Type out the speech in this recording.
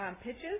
pitches